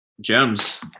gems